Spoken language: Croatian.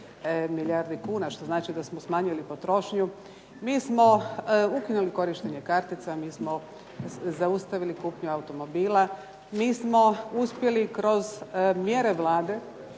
milijardi kuna što znači da smo smanjili potrošnju. Mi smo ukinuli korištenje kartica. Mi smo zaustavili kupnju automobila. Mi smo uspjeli kroz mjere Vlade